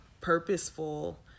purposeful